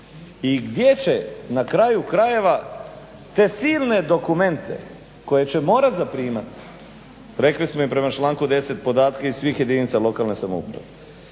i gdje će na kraju krajeva te silne dokumente koje će morat zaprimat, rekli smo i prema članku 10. podatke iz svih jedinica lokalne samouprave.